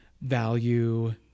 value